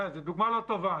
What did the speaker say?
זו דוגמה לא טובה.